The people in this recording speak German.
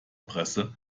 presse